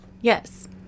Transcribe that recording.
yes